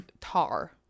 tar